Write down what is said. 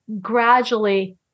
gradually